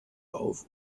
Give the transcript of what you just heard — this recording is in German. auf